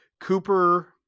Cooper